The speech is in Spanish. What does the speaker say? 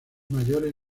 mayores